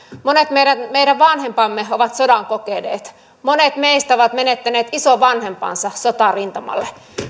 monet meidän meidän vanhempamme ovat sodan kokeneet monet meistä ovat menettäneet isovanhempansa sotarintamalle